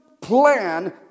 plan